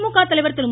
திமுக தலைவர் திரு